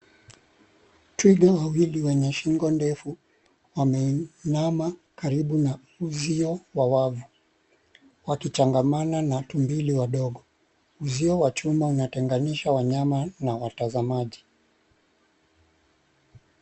Twiga wawili wenye shingo ndefu wameinama karibu na uzio wa wavu wakichangamana na tumbili wadogo. Uzio wa chuma unatenganisha wanyama na watazamaji.